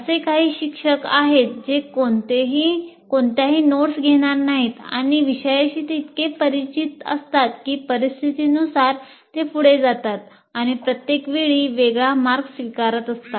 असे काही शिक्षक आहेत जे कोणत्याही नोट्स घेणार नाहीत आणि विषयाशी ते इतके परिचित असतात की परिस्थितीनुसार ते पुढे जातात आणि प्रत्येक वेळी वेगळा मार्ग स्वीकारत असतात